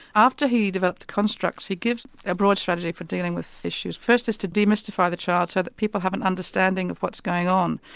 after he developed the constructs he gives a broad strategy for dealing with issues. first is to demystify the child so that people have an understanding of what's going on.